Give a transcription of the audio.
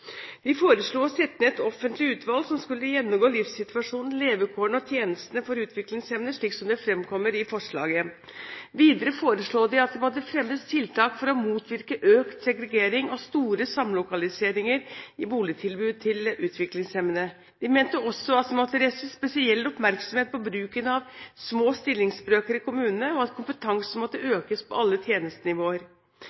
foreslo å sette ned et offentlig utvalg som skulle gjennomgå livssituasjonen, levekårene og tjenestene for utviklingshemmede, slik det fremkommer i forslaget. Videre foreslo de at det måtte fremmes tiltak for å motvirke økt segregering og store samlokaliseringer i boligtilbud til utviklingshemmede. De mente også at det måtte rettes spesiell oppmerksomhet mot bruken av små stillingsbrøker i kommunene, og at kompetansen måtte